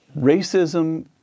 racism